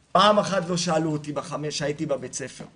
איתך?.." כל מה שפעם אחת לא שאלו אותי בחמש השנים כשהייתי בבית ספר,